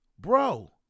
bro